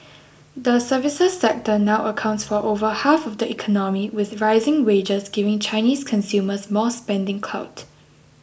the services sector now accounts for over half of the economy with rising wages giving Chinese consumers more spending clout